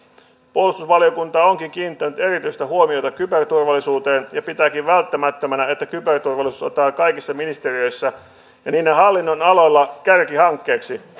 puolustusvaliokunta onkin kiinnittänyt erityistä huomiota kyberturvallisuuteen ja pitääkin välttämättömänä että kyberturvallisuus otetaan kaikissa ministeriöissä ja niiden hallinnonaloilla kärkihankkeeksi